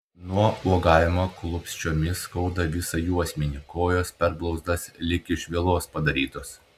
nuo uogavimo klupsčiomis skauda visą juosmenį kojos per blauzdas lyg iš vielos padarytos